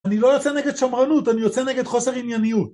אני לא יוצא נגד שמרנות, אני יוצא נגד חוסר ענייניות